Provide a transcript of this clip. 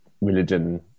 religion